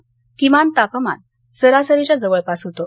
तर किमान तापमान सरासरीच्या जवळपास होतं